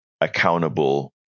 accountable